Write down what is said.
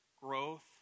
Growth